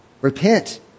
Repent